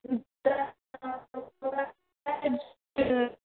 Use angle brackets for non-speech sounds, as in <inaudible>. <unintelligible>